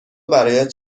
برایت